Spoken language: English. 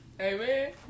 Amen